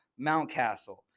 Mountcastle